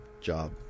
job